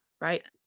right